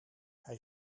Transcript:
hij